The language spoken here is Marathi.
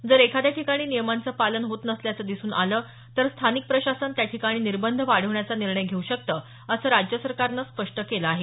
जर एखाद्या ठिकाणी नियमांचं पालन होत नसल्याचं दिसून आलं तर स्थानिक प्रशासन त्यांठिकाणी निर्बंध वाढवण्याचा निर्णय घेऊ शकतं असं राज्य सरकारनं स्पष्ट केलं आहे